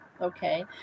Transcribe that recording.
okay